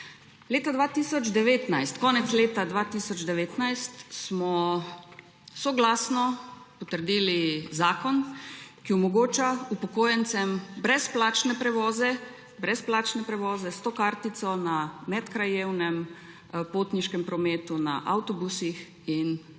Konec leta 2019 smo soglasno potrdili zakon, ki omogoča upokojencem brezplačne prevoze s to kartico v medkrajevnem potniškem prometu, na avtobusih in vlakih.